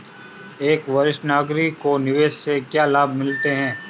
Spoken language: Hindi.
एक वरिष्ठ नागरिक को निवेश से क्या लाभ मिलते हैं?